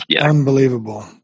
unbelievable